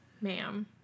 ma'am